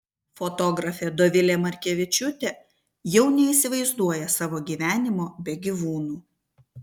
fotografė dovilė markevičiūtė jau neįsivaizduoja savo gyvenimo be gyvūnų